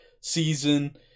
season